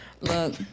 Look